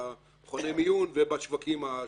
במכוני המיון ובשווקים השחורים.